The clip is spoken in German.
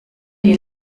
die